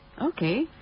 okay